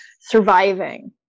surviving